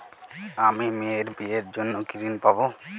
আমি মেয়ের বিয়ের জন্য কি ঋণ পাবো?